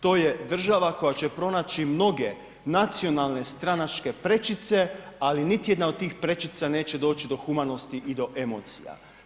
To je država koja će pronaći mnoge nacionalne stranačke prečice, ali niti jedna od tih prečica neće doći do humanosti i do emocija.